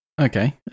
Okay